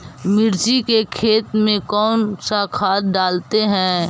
मिर्ची के खेत में कौन सा खाद डालते हैं?